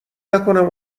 نکنم